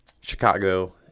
Chicago